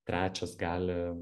trečias gali